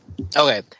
Okay